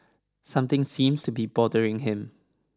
something seems to be bothering him